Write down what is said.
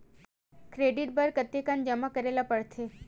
Credit बर कतेकन जमा करे ल पड़थे?